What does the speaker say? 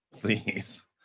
Please